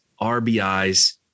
RBIs